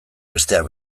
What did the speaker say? besteak